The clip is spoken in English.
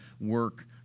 work